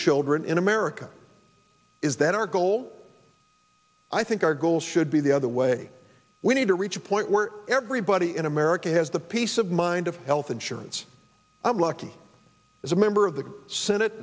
children in america is that our goal i think our goal should be the other way we need to reach a point where everybody in america has the peace of mind of health insurance i'm lucky as a member of the senate